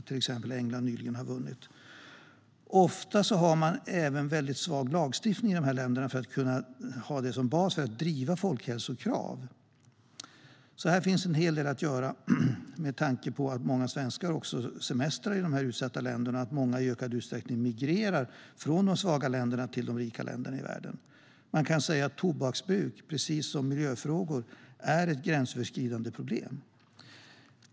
Till exempel vann England nyligen ett sådant. Ofta har dessa länder även alltför svag lagstiftning för att kunna driva folkhälsokrav. Här finns en hel del att göra - även med tanke på att många svenskar semestrar i utsatta länder och att många i ökad utsträckning migrerar från de svaga länderna till de rika länderna i världen. Man kan säga att tobaksbruk precis som miljöfrågor är ett gränsöverskridande problem.